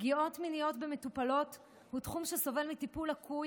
פגיעות מיניות במטופלות הן תחום שסובל מטיפול לקוי